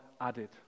added